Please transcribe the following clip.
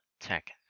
Tech